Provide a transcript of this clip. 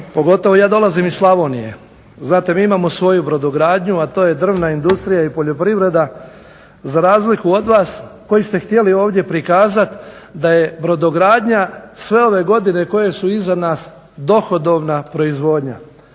Pogotovo ja dolazim iz Slavonije. Znate mi imamo svoju brodogradnju a to je drvna industrija i poljoprivreda za razliku od vas koji ste htjeli ovdje prikazati da je brodogradnja sve ove godine koje su iza nas dohodovna proizvodnja.